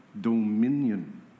dominion